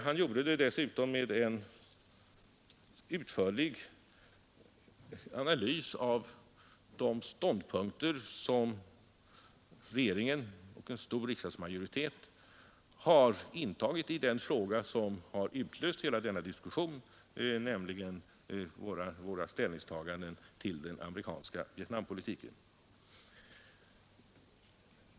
Han gjorde det dessutom med en utförlig analys av de ståndpunkter som regeringen och en stor riksdagsmajoritet har intagit i den fråga som har utlöst hela denna diskussion — våra ställningstaganden till den amerikanska Vietnampolitiken.